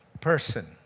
person